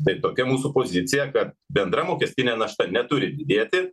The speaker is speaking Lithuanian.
taip tokia mūsų pozicija kad bendra mokestinė našta neturi didėti